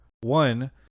One